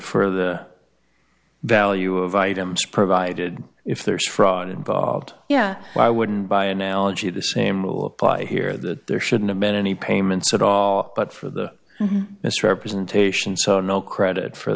for the value of items provided if there is fraud involved yeah why wouldn't by analogy the same will apply here that there shouldn't have been any payments at all but for the misrepresentation so no credit for